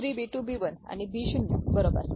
B3B2B1 आणिBशून्य बरोबर